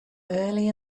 early